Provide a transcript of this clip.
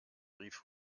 rief